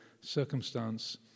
circumstance